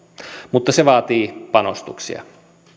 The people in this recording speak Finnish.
mutta se vaatii panostuksia